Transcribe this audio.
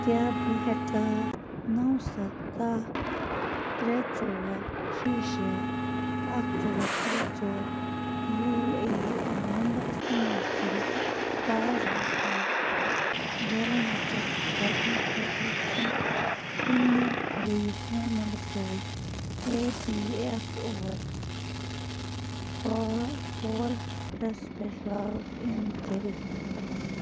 کیٛاہ بہٕ ہیٚکا نو سَتھ کاہ ترٛےٚ ژور شیٚے شیٚے اکھ ژور ترٛےٚ ژور یوٗ اے این نمبر استعمال کٔرِتھ پاس بُک بیلنس چیک کرنہٕ خٲطرٕ کینٛہہ کُنہِ بیٚیہِ فون نمبرٕ سۭتۍ E P F O portals پٮ۪ٹھ لاگ اِن کٔرتھ